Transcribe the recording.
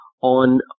On